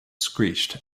screeched